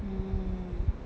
mm